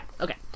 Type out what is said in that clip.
Okay